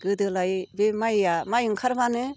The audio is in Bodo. गोदोलाय बे माइआ माइ ओंखारबानो